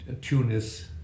Tunis